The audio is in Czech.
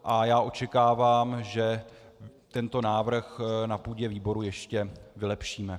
A já očekávám, že tento návrh na půdě výboru ještě vylepšíme.